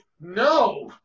no